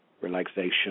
relaxation